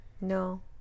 No